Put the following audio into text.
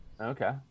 Okay